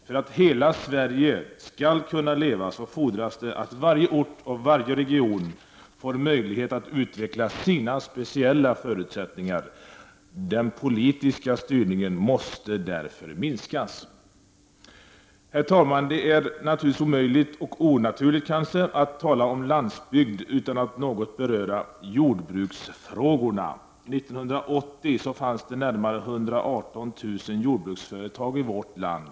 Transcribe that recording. För att hela Sverige skall kunna leva fordras att varje ort och varje region får möjlighet att utveckla sina speciella förutsättningar. Den politiska styrningen måste därför minskas. Herr talman! Det är naturligtvis omöjligt och kanske onaturligt att tala om landsbygd utan att ta upp jordbruksfrågorna. 1980 fanns det närmare 118 000 jordbruksföretag i vårt land.